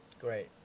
Great